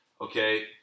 Okay